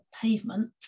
pavement